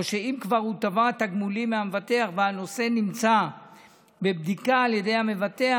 או שאם כבר הוא תבע תגמולים מהמבטח והנושא נמצא בבדיקה על ידי המבטח,